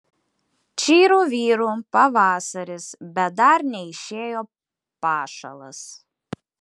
čyru vyru pavasaris bet dar neišėjo pašalas